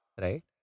right